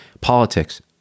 Politics